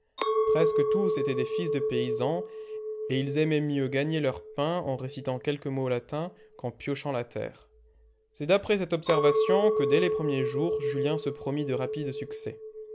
presque tous étaient des fils de paysans et ils aimaient mieux gagner leur pain en récitant quelques mots latins qu'en piochant la terre c'est d'après cette observation que dès les premiers jours julien se promit de rapides succès